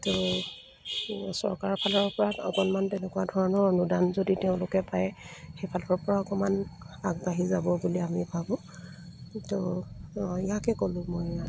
চৰকাৰৰ ফালৰ পৰা অকণমান তেনেকুৱা ধৰণৰ অনুদান যদি তেওঁলোকে পায় সেইফালৰ পৰা অকমান আগবাঢ়ি যাব বুলি আমি ভাবোঁ তো ইয়াকে ক'লোঁ মই